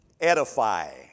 edify